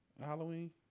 Halloween